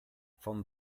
von